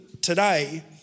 today